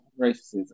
racism